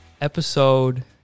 episode